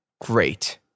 Great